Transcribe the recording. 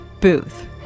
Booth